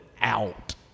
out